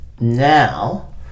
now